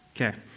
Okay